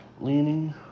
leaning